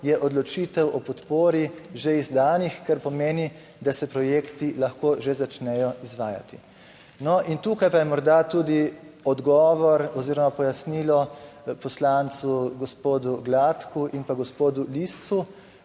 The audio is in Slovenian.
je odločitev o podpori že izdanih, kar pomeni, da se projekti lahko že začnejo izvajati. No, in tukaj pa je morda tudi odgovor oziroma pojasnilo poslancema, gospodu Gladku in gospodu Liscu,